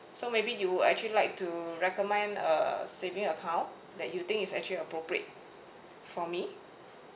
so maybe you'd actually like to recommend a saving account that you think is actually appropriate for me